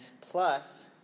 plus